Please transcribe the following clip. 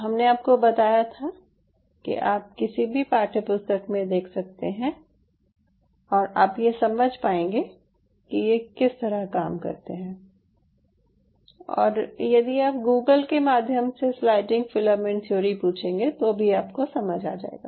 हमने आपको बताया था कि आप किसी भी पाठ्य पुस्तक में देख सकते हैं और आप ये समझ पाएंगे कि ये किस तरह काम करते हैं और यदि आप गूगल के माध्यम से स्लाइडिंग फिलामेंट थ्योरी पूछेंगे तो भी आपको समझ आ जायेगा